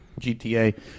GTA